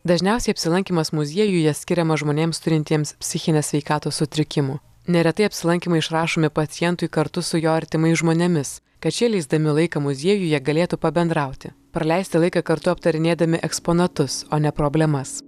dažniausiai apsilankymas muziejuje skiriamas žmonėms turintiems psichinės sveikatos sutrikimų neretai apsilankymai išrašomi pacientui kartu su jo artimais žmonėmis kad šie leisdami laiką muziejuje galėtų pabendrauti praleisti laiką kartu aptarinėdami eksponatus o ne problemas